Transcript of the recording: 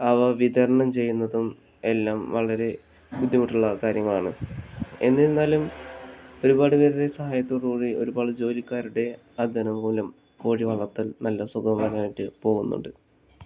അവ വിതരണം ചെയ്യുന്നതും എല്ലാം വളരെ ബുദ്ധിമുട്ടുള്ള കാര്യങ്ങളാണ് എന്നിരുന്നാലും ഒരുപാട് പേരുടെ സഹായത്തോടുകൂടി ഒരുപാട് ജോലിക്കാരുടെ അധ്വാനം മൂലം കോഴി വളർത്തൽ നല്ല സുഖമമായിട്ട് പോകുന്നുണ്ട്